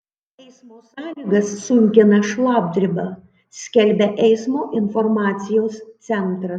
eismo sąlygas sunkina šlapdriba skelbia eismo informacijos centras